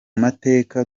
mateka